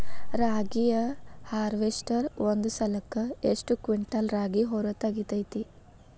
ರಾಗಿಯ ಹಾರ್ವೇಸ್ಟರ್ ಒಂದ್ ಸಲಕ್ಕ ಎಷ್ಟ್ ಕ್ವಿಂಟಾಲ್ ರಾಗಿ ಹೊರ ತೆಗಿತೈತಿ?